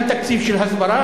גם תקציב של הסברה,